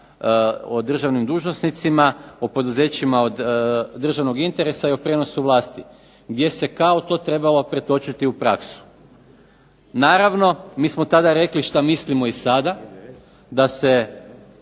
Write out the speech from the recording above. o državnim dužnosnicima, o poduzećima od državnog interesa i o prijenosu vlasti, gdje se kao to trebalo pretočiti u praksu. Naravno mi smo tada rekli što mislimo i sada, da se